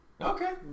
Okay